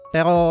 Pero